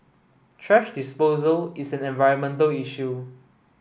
thrash disposal is an environmental issue